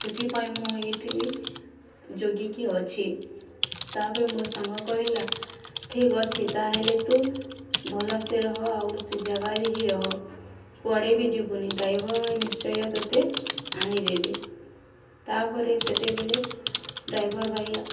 ସେଥିପାଇଁ ମୁଁ ଏଇଠି ଯଗିକି ଅଛି ତା'ପରେ ମୋ ସାଙ୍ଗ କହିଲା ଠିକ୍ ଅଛି ତାହେଲେ ତୁ ଭଲସେ ରହ ଆଉ ସେ ଜାଗାରେ ହିଁ ରହ କୁଆଡ଼େ ବି ଯିବୁନି ଡ୍ରାଇଭର୍ ଭାଇ ନିଶ୍ଚୟ ତୋତେ ଆଣିଦେବେ ତା'ପରେ ସେତେବେଲେ ଡ୍ରାଇଭର୍ ଭାଇ